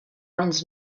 runs